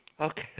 Okay